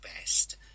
best